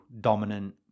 dominant